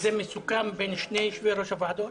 זה מסוכם בין שני יושבי-ראש הוועדות?